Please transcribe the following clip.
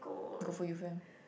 go for event